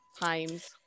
times